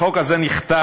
החוק הזה נכתב